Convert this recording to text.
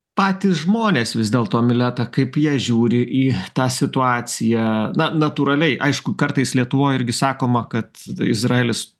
patys žmonės vis dėlto mileta kaip jie žiūri į tą situaciją na natūraliai aišku kartais lietuvoj irgi sakoma kad izraelis